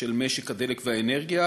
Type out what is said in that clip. של משק הדלק והאנרגיה,